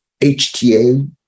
HTA